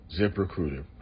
ZipRecruiter